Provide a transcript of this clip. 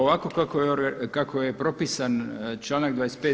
Ovako kako je propisan članak 25.